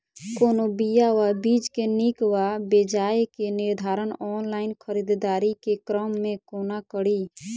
कोनों बीया वा बीज केँ नीक वा बेजाय केँ निर्धारण ऑनलाइन खरीददारी केँ क्रम मे कोना कड़ी?